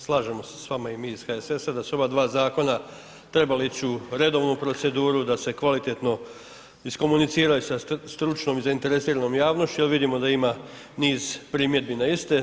Slažemo se s vama i mi iz HSS-a da su ova dva zakona trebala ići u redovnu proceduru, da se kvalitetno iskomunicira i sa stručnom i zainteresiranom javnošću, jer vidimo da ima niz primjedbi na iste.